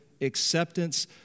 acceptance